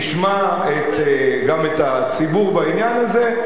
נשמע גם את הציבור בעניין הזה,